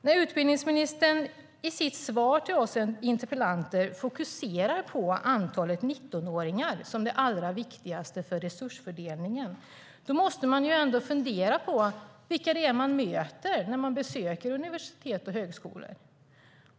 När utbildningsministern i sitt svar till oss interpellanter fokuserar på antalet 19-åringar som det allra viktigaste för resursfördelningen måste man fundera på vilka man möter när man besöker universitet och högskolor.